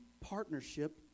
partnership